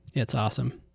it's awesome.